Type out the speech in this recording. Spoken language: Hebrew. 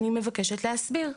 אני מבקשת להסביר.